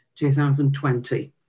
2020